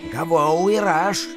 gavau ir aš